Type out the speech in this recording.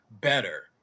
better